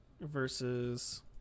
versus